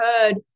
heard